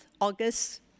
August